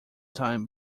time